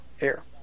air